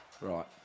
Right